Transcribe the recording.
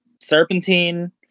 serpentine